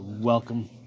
Welcome